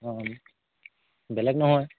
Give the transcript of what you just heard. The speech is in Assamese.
অঁ বেলেগ নহয়